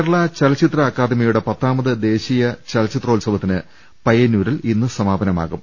കേരള ചലച്ചിത്ര അക്കാഡമിയുടെ പത്താമത് ദേശീയ ചലച്ചിത്രോത്സവത്തിന് പയ്യന്നൂരിൽ ഇന്ന് സമാപനമാകും